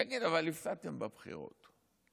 תגיד, אבל הפסדתם בבחירות,